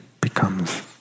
becomes